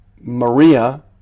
Maria